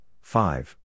five